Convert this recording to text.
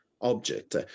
object